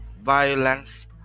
violence